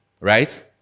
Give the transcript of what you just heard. Right